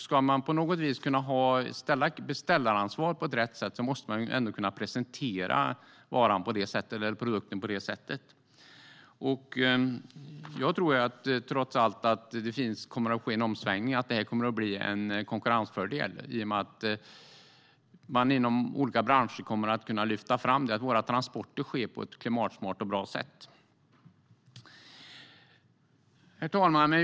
Ska man på något vis kunna kräva beställaransvar på rätt sätt måste man ändå kunna presentera varan eller produkten på det sättet. Jag tror trots allt att det kommer att ske en omsvängning och att detta kommer att bli en konkurrensfördel i och med att man inom olika branscher kommer att kunna lyfta fram att våra transporter sker på ett klimatsmart och bra sätt. Herr talman!